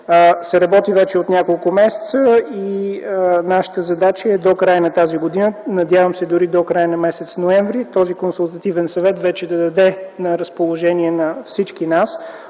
– работи се вече от няколко месеца. И нашата задача е до края на тази година, надявам се дори до края на м. ноември, този Консултативен съвет вече да даде на разположение на всички нас